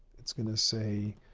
it's going to say,